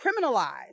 criminalized